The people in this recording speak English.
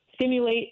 Stimulate